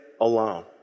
alone